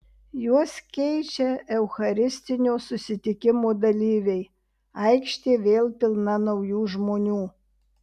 juos keičia eucharistinio susitikimo dalyviai aikštė vėl pilna naujų žmonių